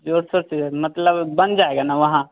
जो सोच है मतलब बन जाएगा न वहाँ